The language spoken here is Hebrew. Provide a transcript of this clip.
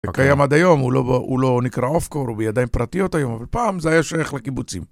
זה קיים עד היום, הוא לא נקרא אוף קור, הוא בידיים פרטיות היום, אבל פעם זה היה שייך לקיבוצים.